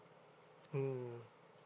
mm